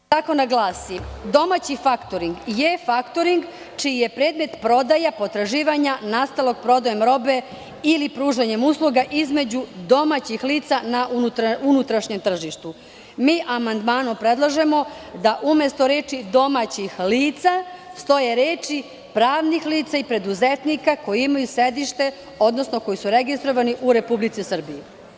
Tekst zakona glasi: "domaći faktoring čiji je predmet prodaja potraživanja nastalog prodajom robe ili pružanjem usluga između domaćih lica na unutrašnjem tržištu." Mi amandmanom predlažemo da umesto reči: "domaćih lica" stoje reči: "pravnih lica i preduzetnika koji imaju sedište, odnosno koji su registrovani u Republici Srbiji"